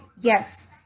yes